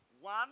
One